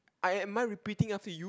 I am I repeating after you